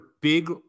big